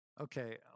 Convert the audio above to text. okay